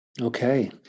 Okay